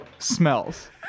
Smells